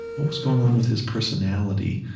what was going on with his personality?